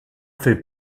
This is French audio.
fait